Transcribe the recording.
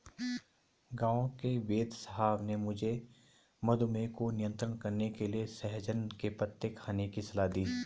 गांव के वेदसाहब ने मुझे मधुमेह को नियंत्रण करने के लिए सहजन के पत्ते खाने की सलाह दी है